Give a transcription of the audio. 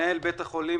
מנהל בית החולים